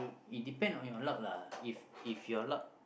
it depend on your luck lah if if your luck